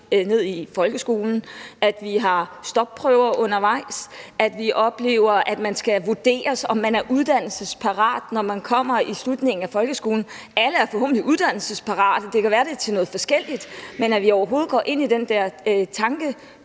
ned i folkeskolen; at vi har stopprøver undervejs; at man oplever at skulle vurderes, med hensyn til om man er uddannelsesparat, når man når til slutningen af folkeskolen. Alle er forhåbentlig uddannelsesparate. Det kan være, det er til noget forskelligt, men ved at vi overhovedet går ind på den tankebane,